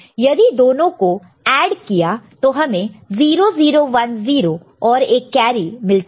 यदि दोनों को ऐड किया तो हमें 0010 और एक कैरी मिलता है